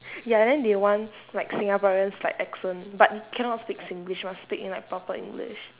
ya then they want like singaporeans like accent but cannot speak singlish must speak in like proper english